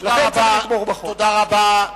תודה רבה.